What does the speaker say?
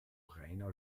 reiner